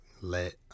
let